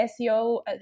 SEO